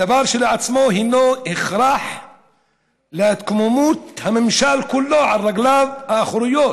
הדבר כשלעצמו חייב להקים את הממשל כולו על רגליו האחוריות